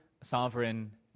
sovereign